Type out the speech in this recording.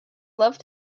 love